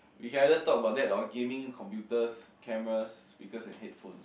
we can either talk about that or gaming computers cameras speakers and headphones